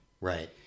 Right